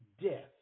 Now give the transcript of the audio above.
death